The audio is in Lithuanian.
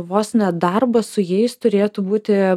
vos ne darbas su jais turėtų būti